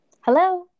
Hello